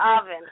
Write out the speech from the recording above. oven